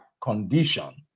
condition